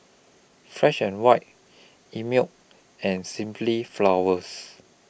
Fresh and White Einmilk and Simply Flowers